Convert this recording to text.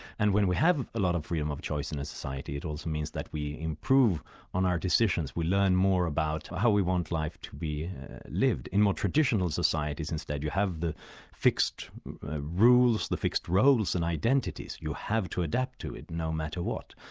and when we have a lot of freedom of choice in a society, it also means that we improve on our decisions, we learn more about how we want life to be lived. in more traditional societies instead you have the fixed rules, the fixed roles and identities, you have to adapt to it, no matter what.